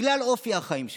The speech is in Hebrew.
בגלל אופי החיים שלו.